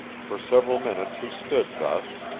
for several minutes he stood thus,